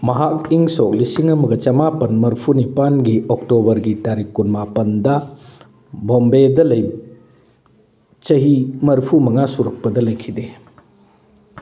ꯃꯍꯥꯛ ꯏꯪ ꯁꯣꯛ ꯂꯤꯁꯤꯡ ꯑꯃꯒ ꯆꯃꯥꯄꯟ ꯃꯔꯐꯨꯅꯤꯄꯥꯟꯒꯤ ꯑꯣꯛꯇꯣꯕꯔꯒꯤ ꯇꯥꯔꯤꯛ ꯀꯨꯟꯃꯥꯄꯟꯗ ꯕꯣꯝꯕꯦꯗ ꯆꯍꯤ ꯃꯔꯐꯨꯃꯉꯥ ꯁꯨꯔꯛꯄꯗ ꯂꯩꯈꯤꯗꯦ